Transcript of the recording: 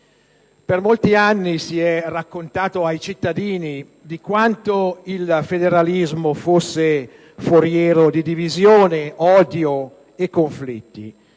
Per molti anni si è raccontato ai cittadini di quanto il federalismo fosse foriero di divisioni, odio e conflitti.